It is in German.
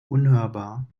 unhörbar